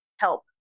help